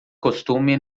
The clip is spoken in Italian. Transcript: costume